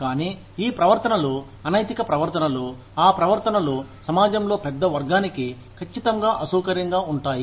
కానీ ఈ ప్రవర్తనలు అనైతిక ప్రవర్తనలు ఆ ప్రవర్తన లు సమాజంలో పెద్ద వర్గానికి ఖచ్చితంగా అసౌకర్యంగా ఉంటాయి